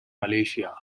malaysia